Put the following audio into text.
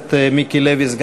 הכנסת דוד צור.